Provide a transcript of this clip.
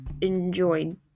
enjoyed